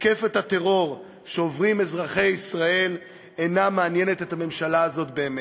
מתקפת הטרור שעוברים אזרחי ישראל אינה מעניינת את הממשלה הזאת באמת.